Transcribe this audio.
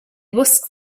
whisked